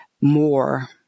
more